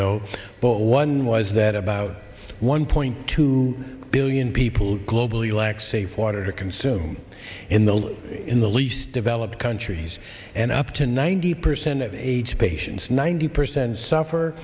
know but one was that about one point two billion people globally lack safe water to consume in the in the least developed countries and up to ninety percent of aids patients ninety percent suffer